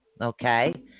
okay